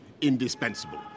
indispensable